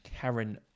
Karen